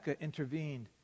intervened